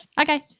Okay